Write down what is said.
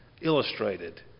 illustrated